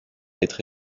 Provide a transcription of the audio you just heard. être